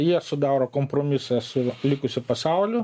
jie sudaro kompromisą su likusiu pasauliu